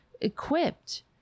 equipped